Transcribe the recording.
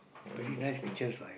very nice pictures like